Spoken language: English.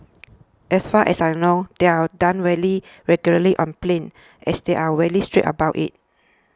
as far as I know they are done very regularly on planes as they are very strict about it